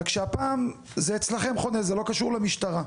רק שהפעם זה חונה אצלכם, זה לא קשור למשטרה.